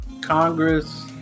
congress